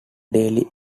daily